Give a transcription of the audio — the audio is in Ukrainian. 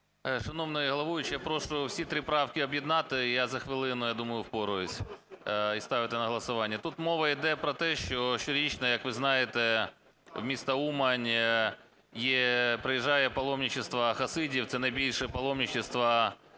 Шановний головуючий, я прошу всі три правки об'єднати. Я за хвилину, я думаю, впораюсь, і ставити на голосування. Тут мова йде про те, що щорічно, як ви знаєте, в місто Умань приїжджає паломництво хасидів, це найбільше паломництво